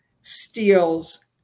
steals